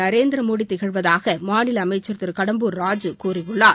நரேந்திரமோடி திகழ்வதாக என்று மாநில அமைச்சர் திரு கடம்பூர் ராஜு கூறியுள்ளார்